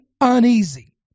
uneasy